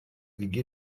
gigi